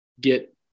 get